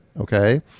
Okay